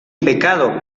pecado